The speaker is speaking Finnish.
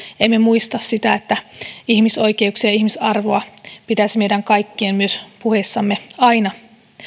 emme ole muistaneet sitä että ihmisoikeuksia ja ihmisarvoa pitäisi meidän kaikkien myös puheissamme aina